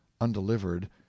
Undelivered